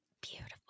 Beautiful